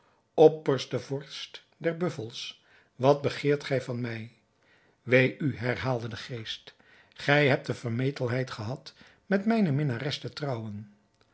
opperste vorst der buffels wat begeert gij van mij wee u herhaalde de geest gij hebt de vermetelheid gehad met mijne minnares te trouwen